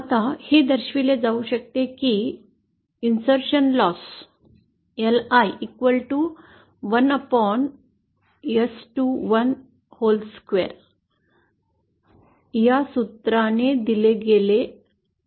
आता हे दर्शविले जाऊ शकते की ग्याप ने्भूत तोटा LI 1 2 या सूत्रानुसार दिले गेले आहे